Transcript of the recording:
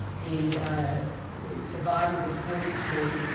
the the survivor was forty two,